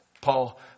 Paul